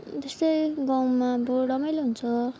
त्यस्तै गाउँमा अब रमाइलो हुन्छ